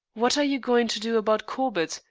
what are you going to do about corbett?